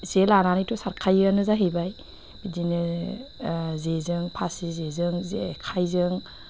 जे लानानैथ' सारखायोआनो जाहैबाय बिदिनो जेजों फासि जेजों जेखाइजों